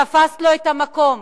תפסת לו את המקום.